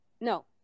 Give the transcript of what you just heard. No